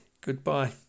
Goodbye